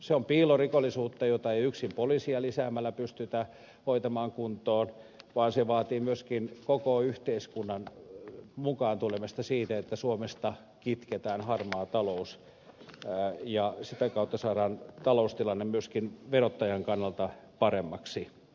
se on piilorikollisuutta jota ei yksin poliiseja lisäämällä pystytä hoitamaan kuntoon vaan se vaatii myöskin koko yhteiskunnan mukaan tulemista siihen että suomesta kitketään harmaa talous ja sitä kautta saadaan taloustilanne myöskin verottajan kannalta paremmaksi